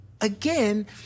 Again